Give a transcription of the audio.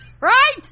right